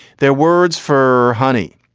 they're words for honey,